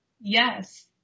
Yes